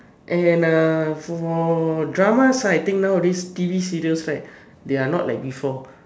and uh for dramas right I think nowadays T_V serial right they are not like before